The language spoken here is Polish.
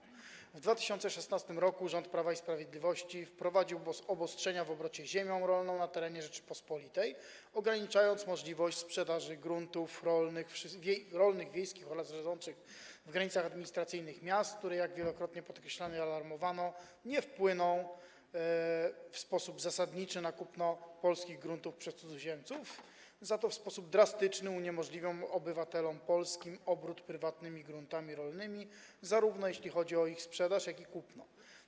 W 2016 r. rząd Prawa i Sprawiedliwości wprowadził obostrzenia w obrocie ziemią rolną na terenie Rzeczypospolitej, ograniczając możliwość sprzedaży gruntów rolnych wiejskich oraz leżących w granicach administracyjnych miast, które - jak wielokrotnie podkreślano i o czym alarmowano - nie wpłyną w sposób zasadniczy na kupno polskich gruntów przez cudzoziemców, za to w sposób drastyczny uniemożliwią obywatelom polskim obrót prywatnymi gruntami rolnymi, jeśli chodzi zarówno o ich sprzedaż, jak i o kupno.